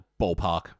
ballpark